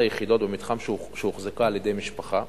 היחידות במתחם שהוחזקה על-ידי משפחה.